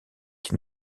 qui